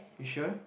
you sure